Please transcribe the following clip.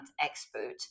expert